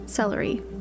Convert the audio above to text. Celery